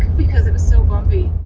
because it was so bumpy.